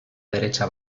derecha